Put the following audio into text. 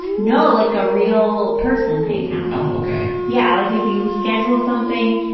no. like a real person hangout. oh, okay. yeah, like if you schedule something,